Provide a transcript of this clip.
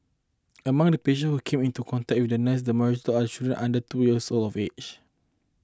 among the patients who came into contact with the nurse the majority are children under two years of age